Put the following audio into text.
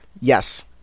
Yes